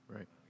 Right